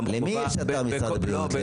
חובה --- למי יש אתר משרד הבריאות?